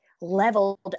leveled